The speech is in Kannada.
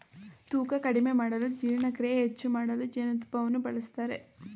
ತೂಕ ಕಡಿಮೆ ಮಾಡಲು ಜೀರ್ಣಕ್ರಿಯೆ ಹೆಚ್ಚು ಮಾಡಲು ಜೇನುತುಪ್ಪವನ್ನು ಬಳಸ್ತರೆ